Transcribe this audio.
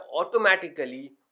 automatically